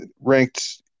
ranked